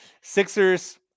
Sixers